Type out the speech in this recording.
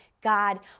God